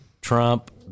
Trump